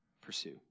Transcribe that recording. pursue